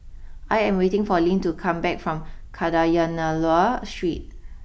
I am waiting for Lynn to come back from Kadayanallur Street